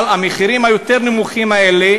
אבל המחירים היותר-נמוכים האלה,